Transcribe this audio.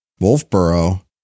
Wolfboro